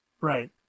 Right